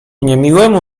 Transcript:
niemiłemu